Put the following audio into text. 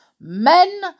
Men